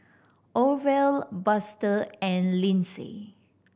Orvel Buster and Lynsey